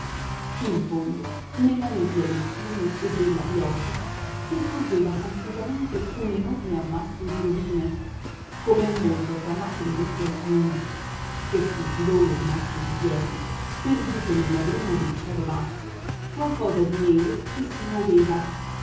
in fondo nella nebbia del fiume e della pioggia si scorgeva confusamente un enorme ammasso di rovine come un monte franato in mezzo al fiume e sul pilone rimasto in piedi perduto nella bruma del cielo basso qualcosa di nero che si muoveva